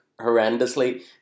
horrendously